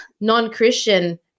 non-Christian